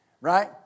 right